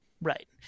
Right